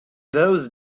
those